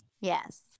Yes